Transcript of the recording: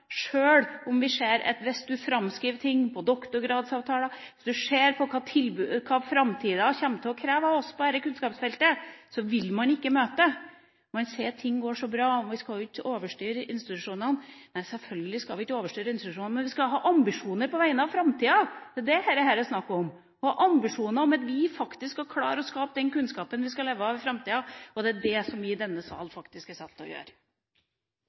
sjøl om vi ser at hvis vi framskriver ting, på doktorgradsavtaler, og hvis vi ser hva framtida vil kreve av oss på dette kunnskapsfeltet, så vil man ikke møte det. Man sier at ting går så bra, og at vi ikke må overstyre institusjonene. Selvfølgelig skal vi ikke overstyre institusjonene, men vi skal ha ambisjoner på vegne av framtida. Det er det dette er snakk om: å ha ambisjoner om at vi faktisk skal klare å skape den kunnskapen vi skal leve av i framtida, og det er det som vi i denne salen faktisk er satt til å gjøre.